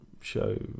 show